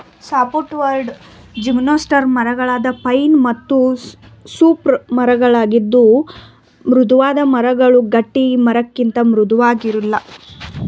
softwood gymnosperm ಮರಗಳಾದ pine ಮತ್ತು spruce ಮರವಾಗಿದ್ದು ಮೃದುವಾದ ಮರಗಳು ಗಟ್ಟಿಮರಕ್ಕಿಂತ ಮೃದುವಾಗಿರಲ್ಲ